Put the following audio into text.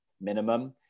minimum